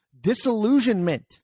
disillusionment